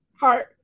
heart